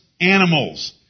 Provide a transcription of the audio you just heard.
animals